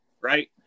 right